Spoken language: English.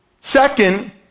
Second